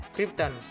Krypton